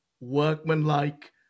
workmanlike